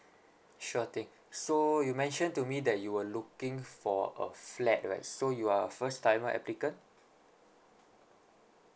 sure thing so you mentioned to me that you were looking for a flat right so you are a first timer applicant